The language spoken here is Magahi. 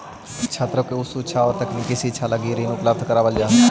छात्रों के उच्च शिक्षा औउर तकनीकी शिक्षा के लगी ऋण उपलब्ध करावल जाऽ हई